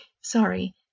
sorry